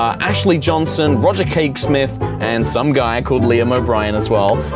ashley johnson, roger craig smith, and some guy called liam o'brien as well.